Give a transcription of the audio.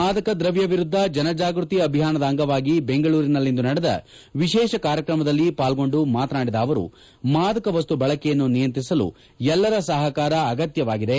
ಮಾದಕ ದ್ರವ್ಯ ವಿರುದ್ಧ ಜನಜಾಗೃತಿ ಅಭಿಯಾನದ ಅಂಗವಾಗಿ ಬೆಂಗಳೂರಿನಲ್ಲಿಂದು ನಡೆದ ವಿಶೇಷ ಕಾರ್ಯಕ್ರಮದಲ್ಲಿ ಪಾಲ್ಗೊಂಡು ಮಾತನಾಡಿದ ಅವರು ಮಾದಕ ವಸ್ತು ಬಳಕೆಯನ್ನು ನಿಯಂತ್ರಿಸಲು ಎಲ್ಲರ ಸಹಕಾರ ಅಗತ್ಯವಾಗಿದೆ